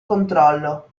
controllo